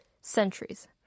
centuries